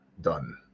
done